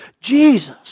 Jesus